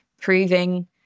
proving